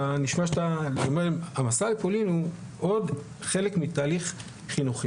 אתה נשמע שאתה אני אומר להם: המסע לפולין הוא עוד חלק מתהליך חינוכי.